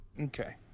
Okay